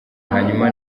hanyuma